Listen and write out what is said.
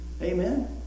Amen